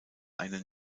eine